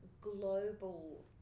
global